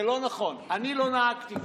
זה לא נכון, אני לא נהגתי כך.